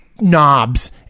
knobs